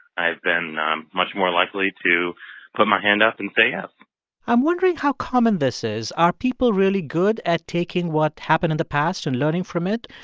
i've been much more likely to put my hand up and say yes i'm wondering how common this is. are people really good at taking what happened in the past and learning from it?